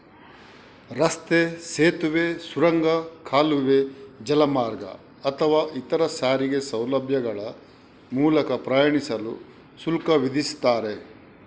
ರಸ್ತೆ, ಸೇತುವೆ, ಸುರಂಗ, ಕಾಲುವೆ, ಜಲಮಾರ್ಗ ಅಥವಾ ಇತರ ಸಾರಿಗೆ ಸೌಲಭ್ಯಗಳ ಮೂಲಕ ಪ್ರಯಾಣಿಸಲು ಶುಲ್ಕ ವಿಧಿಸ್ತಾರೆ